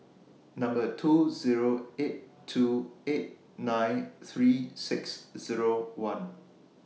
two Zero eight two eight nine three six Zero one